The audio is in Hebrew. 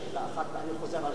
ואני חוזר על השאלה,